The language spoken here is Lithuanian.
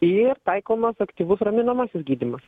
ir taikomas aktyvus raminamasis gydymas